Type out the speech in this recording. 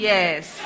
Yes